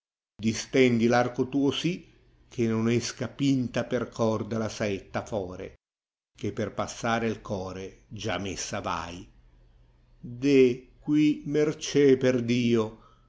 distendi v arco tuo sì ohe non esca pinta per corda la saetta fore che per passare il core già messa v'hai deh qui mercè per